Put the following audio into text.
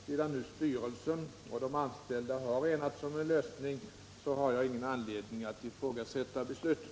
Sedan nu styrelsen och de anställda har enats om en lösning har jag ingen anledning att ifrågasätta beslutet.